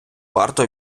варто